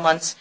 months